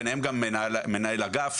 ביניהם גם מנהל אגף,